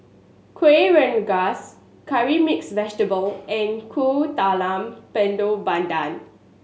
Kuih Rengas Curry Mixed Vegetable and Kuih Talam Tepong Pandan